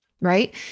right